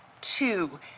two